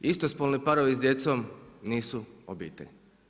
Istospolni parovi s djecom nisu obitelj.